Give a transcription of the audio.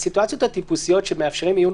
הסיטואציות הטיפוסיות שבהן מאפשרים עיון